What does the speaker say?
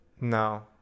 No